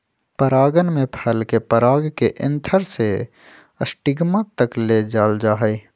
परागण में फल के पराग के एंथर से स्टिग्मा तक ले जाल जाहई